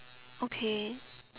okay